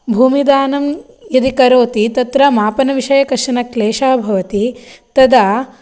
भूमिदानं यदि करोति तत्र मापनविषये कश्चनक्लेशः भवति तदा